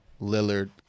Lillard